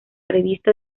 revista